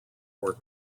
were